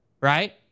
Right